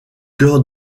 cœur